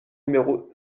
numéro